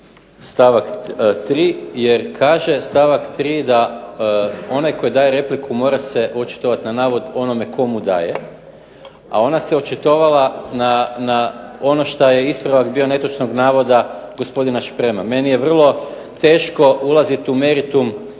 stavak 3., jer kaže stavak 3. da onaj koji daje repliku mora se očitovati na navod onome tko mu daje, a ona se očitovala na ono šta je ispravak bio netočnog navoda gospodina Šprema. Meni je vrlo teško ulaziti u meritum